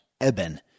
Eben